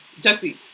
Jesse